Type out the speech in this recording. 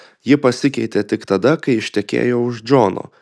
ji pasikeitė tik tada kai ištekėjo už džono